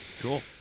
Cool